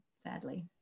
sadly